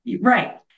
Right